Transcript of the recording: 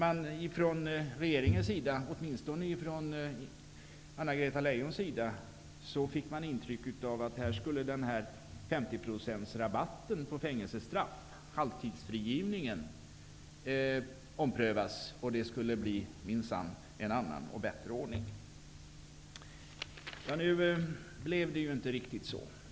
Av regeringen -- åtminstone av Anna-Greta Leijon -- fick man intrycket att 50 procentsrabatten på fängelsestraff, halvtidsfrigivningen, skulle omprövas. Det skulle minsann bli en annan och bättre ordning. Nu blev det inte riktigt så.